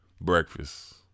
breakfast